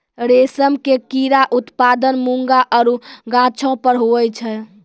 रेशम के कीड़ा उत्पादन मूंगा आरु गाछौ पर हुवै छै